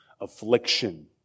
affliction